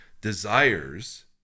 desires